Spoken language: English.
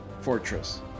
fortress